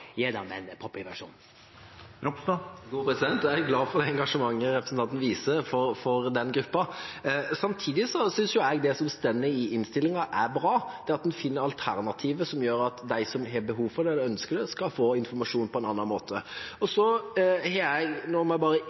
Jeg er glad for det engasjementet representanten viser for denne gruppa. Samtidig synes jeg det som står i innstillinga, er bra. Det at en finner alternativer som gjør at de som har behov for eller ønsker det, skal få informasjon på en annen måte. Nå må jeg bare innrømme at jeg ikke har lest totalen godt nok, men jeg